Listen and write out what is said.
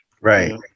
Right